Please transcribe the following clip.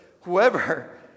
whoever